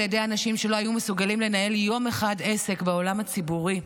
ידי אנשים שלא היו מסוגלים לנהל יום אחד עסק בעולם הציבורי,